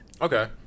Okay